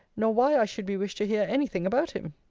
nor why i should be wished to hear any thing about him.